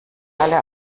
alle